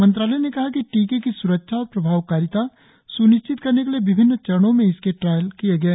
मंत्रालय ने कहा कि टीके की स्रक्षा और प्रभावकारिता स्निश्चित करने के लिए विभिन्न चरणों में इसके ट्रायल किये गए